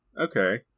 Okay